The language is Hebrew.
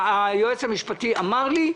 היועץ המשפטי אמר לי: